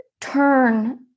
turn